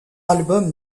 album